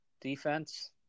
defense